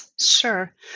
Sure